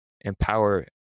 empower